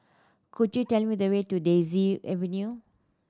could you tell me the way to Daisy Avenue